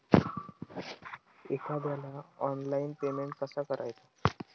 एखाद्याला online payment कसा करायचा?